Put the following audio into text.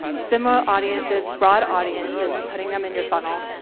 similar audiences, broad audiences, putting them in your funnel,